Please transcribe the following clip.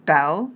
Bell